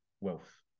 wealth